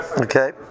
Okay